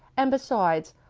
and, besides,